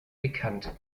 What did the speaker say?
bekannt